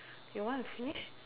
you want to finish